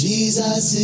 Jesus